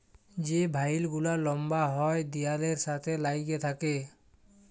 যে ভাইল গুলা লম্বা হ্যয় দিয়ালের সাথে ল্যাইগে থ্যাকে